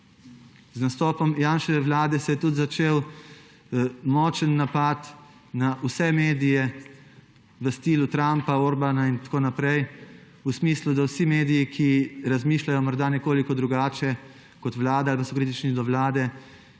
Z nastopom Janševe vlade se je začel tudi močan napad na vse medije v stilu Trumpa, Orbana in tako naprej; v smislu, da vsi mediji, ki razmišljajo morda nekoliko drugače kot vlada in so kritični do vlade,